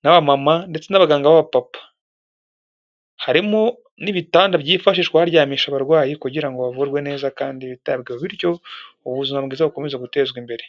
n'abamama ndetse n'abaganga b'abapapa. Harimo n'ibitanda byifashishwa baryamisha abarwayi kugira ngo bavurwe neza kandi bitabweho bityo ubuzima bwiza bukomeze gutezwa imbere.